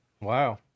Wow